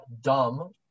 Dumb